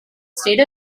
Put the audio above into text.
state